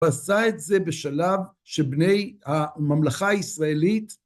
הוא עשה את זה בשלב שבני הממלכה הישראלית